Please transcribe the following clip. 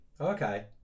Okay